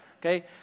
okay